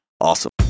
awesome